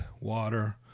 water